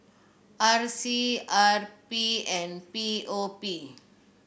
R C R P and P O P